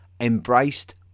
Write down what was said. embraced